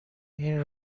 این